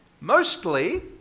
Mostly